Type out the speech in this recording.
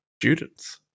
students